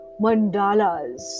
mandalas